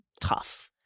tough